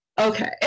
okay